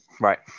Right